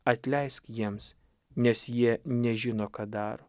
atleisk jiems nes jie nežino ką daro